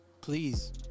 please